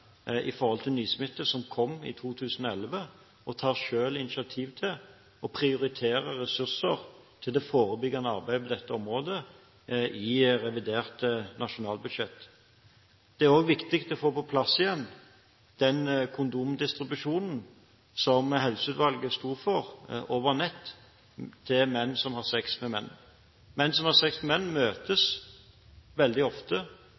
nysmitte som kom i 2011, og selv tar initiativet til og prioriterer ressurser til det forebyggende arbeidet på dette området i revidert nasjonalbudsjett. Det er også viktig å få på plass igjen den kondomdistribusjonen over nett til menn som har sex med menn, som Helseutvalget sto for. Menn som har sex med menn, møtes veldig ofte